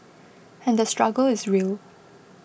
and the struggle is real